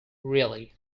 really